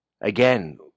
Again